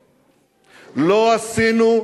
ואני אגיד לכם מהו.